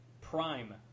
Prime